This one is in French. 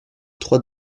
trois